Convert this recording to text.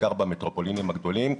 בעיקר במטרופולינים הגדולים,